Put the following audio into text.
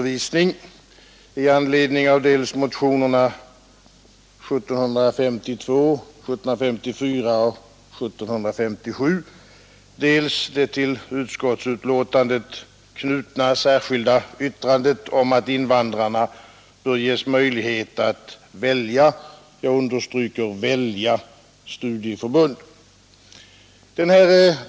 I anledning av dels motionerna 1752, 1754 och 1757, dels det till utskottsbetänkandet knutna särskilda yttrandet om att invandrarna bör ges möjlighet att välja — jag understryker välja studieförbund vill jag säga några ord om studieförbundens ställning i samband med anordnandet av svenskundervisning.